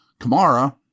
Kamara